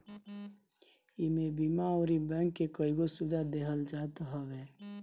इमे बीमा अउरी बैंक के कईगो सुविधा देहल जात हवे